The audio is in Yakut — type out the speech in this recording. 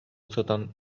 сытан